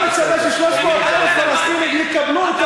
אתה מצפה ש-300,000 פלסטינים יקבלו את